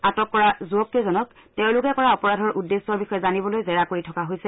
আটক কৰা যুৱক কেইজনক তেওঁলোকে কৰা অপৰাধৰ উদ্দেশ্যৰ বিষয়ে জানিবলৈ জেৰা কৰি থকা হৈছে